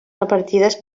repartides